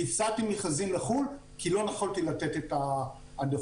הפסדתי מכרזים לחו"ל כי לא יכולתי לתת את ההעדפות,